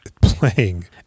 playing